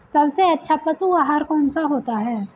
सबसे अच्छा पशु आहार कौन सा होता है?